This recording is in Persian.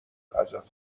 ازت